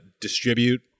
distribute